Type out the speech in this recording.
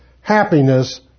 happiness